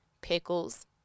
pickles